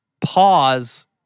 pause